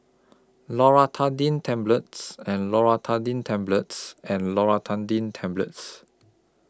Loratadine Tablets and Loratadine Tablets and Loratadine Tablets